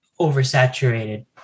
oversaturated